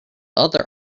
other